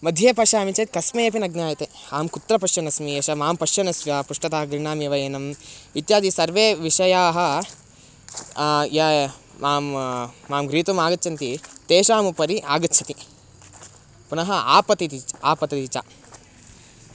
मध्ये पश्यामि चेत् कस्मै अपि न ज्ञायते अहं कुत्र पश्यन् अस्मि एषः मां पश्यन्नस्ति वा पृष्टतः गृह्णामि एव एनम् इत्यादिसर्वे विषयाः य मां मां गृहीतुम् आगच्छन्ति तेषामुपरि आगच्छति पुनः आपतति च् आपतति च